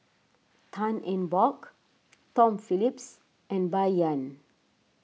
Tan Eng Bock Tom Phillips and Bai Yan